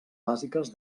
bàsiques